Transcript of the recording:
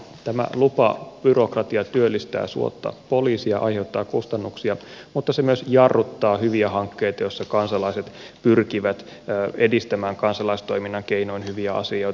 tämä lupabyrokratia työllistää suotta poliisia aiheuttaa kustannuksia mutta se myös jarruttaa hyviä hankkeita joissa kansalaiset pyrkivät edistämään kansalaistoiminnan keinoin hyviä asioita